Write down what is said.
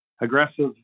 aggressive